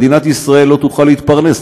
מדינת ישראל לא תוכל להתפרנס.